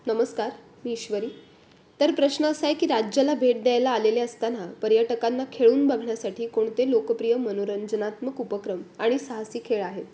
नमस्कार मी ईश्वरी तर प्रश्न असा आहे की राज्याला भेट द्यायला आलेले असताना पर्यटकांना खेळून बघण्यासाठी कोणते लोकप्रिय मनोरंजनात्मक उपक्रम आणि साहसी खेळ आहेत